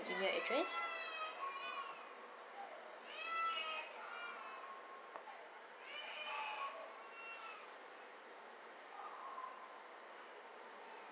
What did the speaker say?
email address